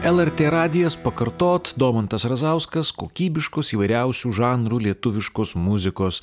lrt radijas pakartot domantas razauskas kokybiškos įvairiausių žanrų lietuviškos muzikos